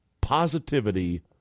positivity